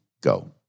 go